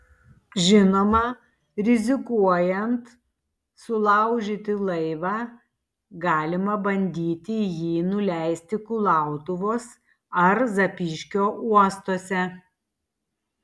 žinoma rizikuojant sulaužyti laivą galima bandyti jį nuleisti kulautuvos ar zapyškio uostuose